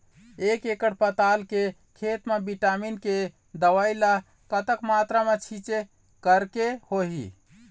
एक एकड़ पताल के खेत मा विटामिन के दवई ला कतक मात्रा मा छीचें करके होही?